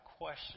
question